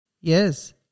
yes